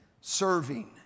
serving